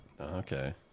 Okay